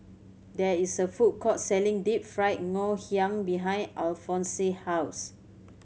there is a food court selling Deep Fried Ngoh Hiang behind Alfonse house